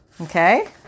okay